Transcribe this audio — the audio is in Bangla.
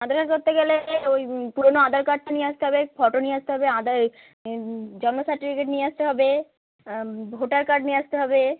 আধার কার্ড করতে গেলে ঐ পুরনো আধার কার্ডটা নিয়ে আসতে হবে ফটো নিয়ে আসতে হবে আধার এ জন্ম সার্টিফিকেট নিয়ে আসতে হবে ভোটার কার্ড নিয়ে আসতে হবে